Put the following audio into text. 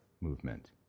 movement